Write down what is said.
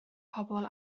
pobl